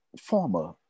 former